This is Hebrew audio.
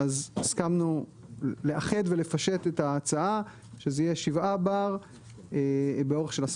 אז הסכמנו לאחד ולפשט את ההצעה שזה יהיה 7 בר באורך של 10